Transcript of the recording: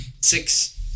six